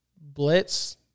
blitz